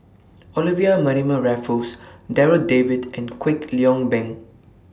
Olivia Mariamne Raffles Darryl David and Kwek Leng Beng